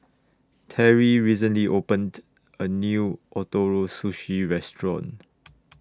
Terry recently opened A New Ootoro Sushi Restaurant